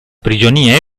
prigionia